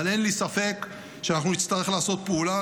אבל אין לי ספק שאנחנו נצטרך לעשות פעולה.